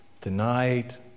tonight